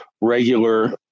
regular